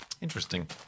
Interesting